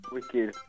Wicked